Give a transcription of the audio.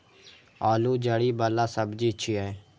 आलू जड़ि बला सब्जी छियै